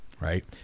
Right